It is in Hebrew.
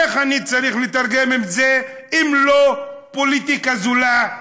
איך אני צריך לתרגם את זה אם לא פוליטיקה זולה,